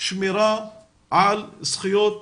שמירה על זכויות